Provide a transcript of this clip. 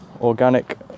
organic